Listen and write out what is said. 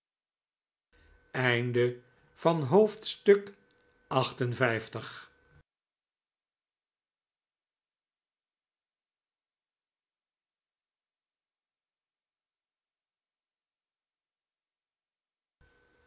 tuin van het